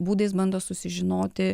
būdais bando susižinoti